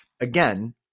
again